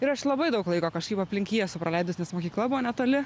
ir aš labai daug laiko kažkaip aplink jį esu praleidus nes mokykla buvo netoli